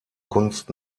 kunst